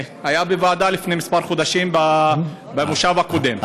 היה בוועדה לפני כמה חודשים, במושב הקודם.